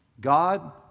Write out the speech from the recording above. God